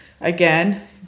again